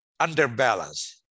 underbalance